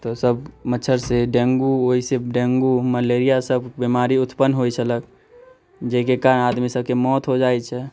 तऽ सब मच्छर से डेंगू ओइसे डेंगू मलेरिया सब बीमारी उत्पन्न होय छलक जाहिके कारण आदमी सबके मौत हो जाइत छै